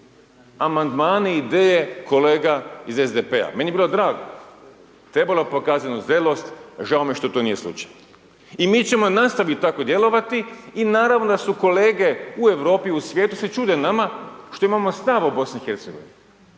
amandmane i ideje kolega iz SDP-a, meni je bilo drago. Trebalo je pokazati jednu zrelost, žao mi je što to nije slučaj. I mi ćemo nastaviti tako djelovati i naravno da su kolege u Europi i u svijetu, se čude nama što imamo stav o Bosni